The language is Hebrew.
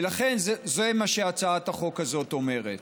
ולכן זה מה שהצעת החוק הזאת אומרת.